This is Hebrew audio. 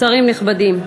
שרים נכבדים,